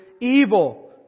evil